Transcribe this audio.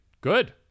good